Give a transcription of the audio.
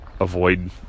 avoid